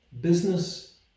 Business